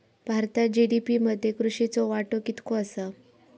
भारतात जी.डी.पी मध्ये कृषीचो वाटो कितको आसा?